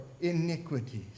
iniquities